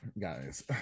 guys